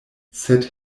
sed